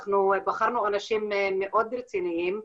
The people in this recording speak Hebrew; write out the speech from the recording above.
אנחנו בחרנו אנשים מאוד רציניים,